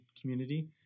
community